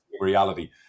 reality